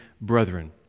brethren